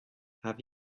have